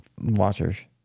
watchers